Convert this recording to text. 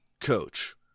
Coach